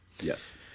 Yes